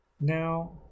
now